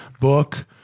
book